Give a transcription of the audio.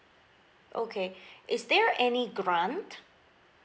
okay is there any grant